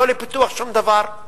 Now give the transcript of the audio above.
לא לפיתוח שום דבר,